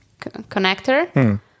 connector